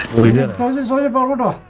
leading auto